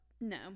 No